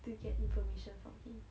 to get information from him